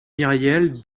myriel